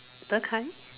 De-Kai